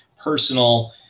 personal